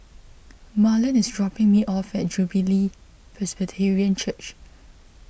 Marlen is dropping me off at Jubilee Presbyterian Church